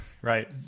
right